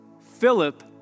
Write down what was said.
Philip